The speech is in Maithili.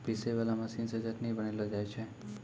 पीसै वाला मशीन से चटनी बनैलो जाय छै